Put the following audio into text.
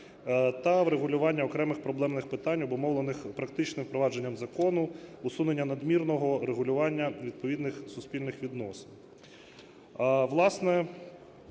та врегулювання окремих проблемних питань обумовлених практичним впровадженням закону усунення надмірного регулювання відповідних суспільних відносин.